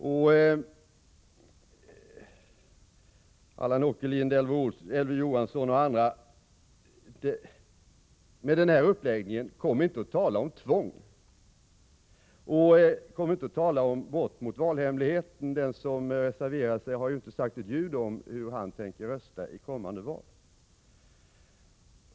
Med den här uppläggningen, Allan Åkerlind, Elver Johansson och andra: Kom inte och tala om tvång! Kom inte och tala om brott mot valhemligheten! Den som reserverat sig har ju inte sagt ett ljud om hur han tänker rösta i kommande val.